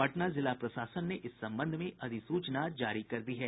पटना जिला प्रशासन ने इस संबंध में अधिसूचना जारी कर दी है